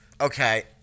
okay